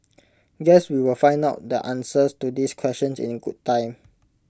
guess we will find out the answers to these questions in good time